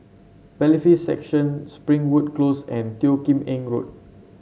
Bailiffs' Section Springwood Close and Teo Kim Eng Road